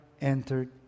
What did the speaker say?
entered